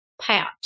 Pat